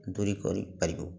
ଦୂରୀକରି ପାରିବୁ